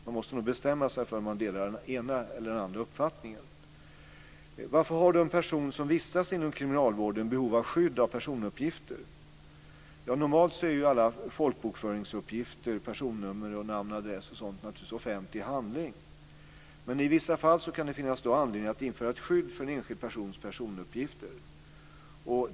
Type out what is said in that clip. Han måste nog bestämma sig för om han delar den ena eller den andra uppfattningen. Varför har en person som vistas inom kriminalvården behov av skydd av personuppgifter? Normalt är alla folkbokföringsuppgifter, personnummer, namn och adress och sådant offentlig handling. Men i vissa fall kan det finnas anledning att införa ett skydd för en enskild persons personuppgifter.